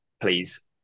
please